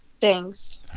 Thanks